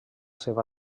seva